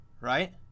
right